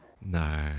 No